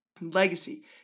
Legacy